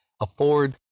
afford